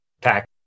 pack